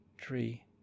three